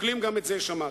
שוקלים גם את זה, שמעתי.